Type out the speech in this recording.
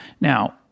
Now